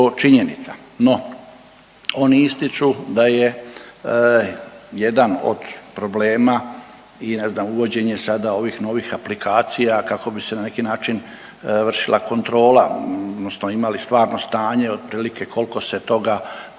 No, oni ističu da je jedan od problema i ne znam uvođenje sada ovih novih aplikacija kako bi se na neki način vršila kontrola odnosno imali stvarno stanje otprilike koliko se toga, toga